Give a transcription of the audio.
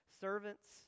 servants